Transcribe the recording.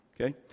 Okay